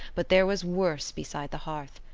but there was worse beside the hearth.